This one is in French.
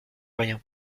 rien